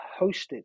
hosted